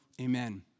Amen